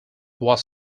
was